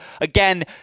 again